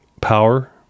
power